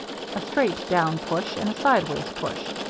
a straight down push and a sideways push.